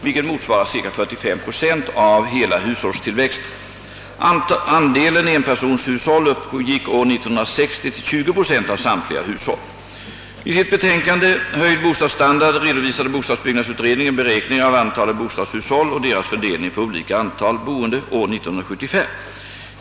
I sitt betänkande Höjd bostadsstandard redovisade bostadsbyggnadsutredningen beräkningar av antalet bostadshushåll och deras fördelning på olika antal boende år 1975.